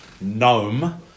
gnome